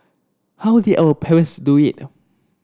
how did our parents do it